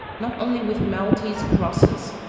not only with maltese crosses,